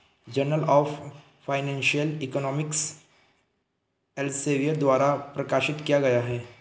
journal of financial economics Elsevier द्वारा प्रकाशित किया गया हैं